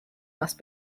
must